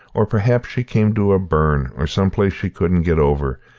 or perhaps she came to a burn or some place she couldn't get over,